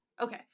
okay